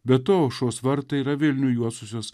be to aušros vartai yra vilnių juosusios